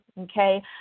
okay